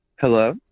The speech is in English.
Hello